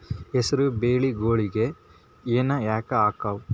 ಹೆಸರು ಬೆಳಿಗೋಳಿಗಿ ಹೆನ ಯಾಕ ಆಗ್ತಾವ?